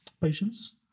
patients